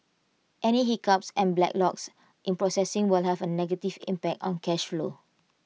any hiccups and backlogs in processing will have A negative impact on cash flow